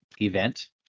event